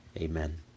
Amen